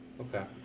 okay